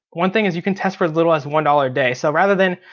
one thing is you can test for as little as one dollar a day. so rather than,